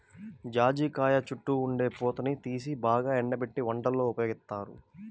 జాజికాయ చుట్టూ ఉండే పూతని తీసి బాగా ఎండబెట్టి వంటల్లో ఉపయోగిత్తారు